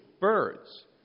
birds